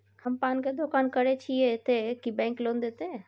हम पान के दुकान करे चाहे छिये ते की बैंक लोन देतै?